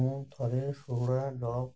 ମୁଁ ଥରେ